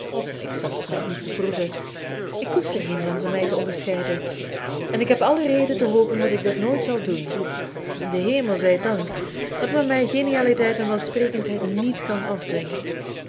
ik zal t maar niet beproeven ik koester geen wensch om mij te onderscheiden en ik heb alle reden te hopen dat ik dat nooit zal doen den hemel zij dank dat men mij genialiteit en welsprekendheid niet kan afdwingen